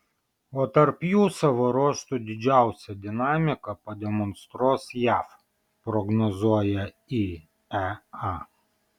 o tarp jų savo ruožtu didžiausią dinamiką pademonstruos jav prognozuoja iea